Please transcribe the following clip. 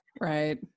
right